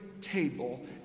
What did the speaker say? table